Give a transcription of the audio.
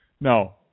No